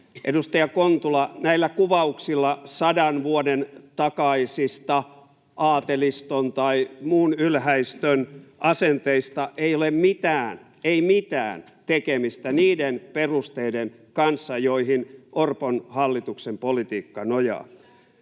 Edustaja Kontula, näillä kuvauksilla sadan vuoden takaisista aateliston tai muun ylhäistön asenteista ei ole mitään — ei mitään — tekemistä niiden perusteiden kanssa, joihin Orpon hallituksen politiikka nojaa.